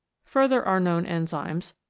further are known enzymes,